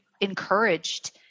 encouraged